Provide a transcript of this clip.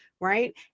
right